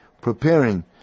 preparing